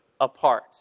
apart